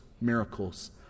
miracles